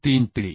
3 TD